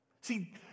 See